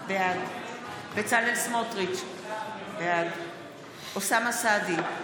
בעד בצלאל סמוטריץ' בעד אוסאמה סעדי,